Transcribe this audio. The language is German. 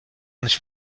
nicht